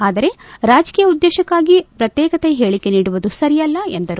ಆದರೆ ರಾಜಕೀಯ ಉದ್ದೇಶಕ್ಕಾಗಿ ಪ್ರತ್ನೇಕತೆಯ ಹೇಳಿಕೆ ನೀಡುವುದು ಸರಿಯಲ್ಲ ಎಂದರು